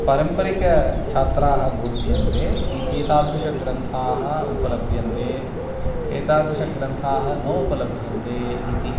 पारम्परिकछात्राः बोध्यन्ते ए एतादृशग्रन्थाः उपलभ्यन्ते एतादृशग्रन्थाः नोपलभ्यन्ते इति